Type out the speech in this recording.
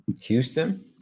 Houston